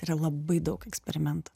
yra labai daug eksperimentų